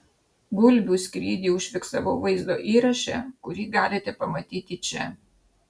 gulbių skrydį užfiksavau vaizdo įraše kurį galite pamatyti čia